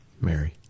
Mary